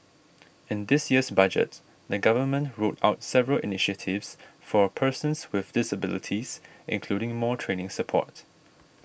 in this year's Budget the Government rolled out several initiatives for persons with disabilities including more training support